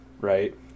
right